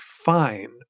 Fine